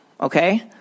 Okay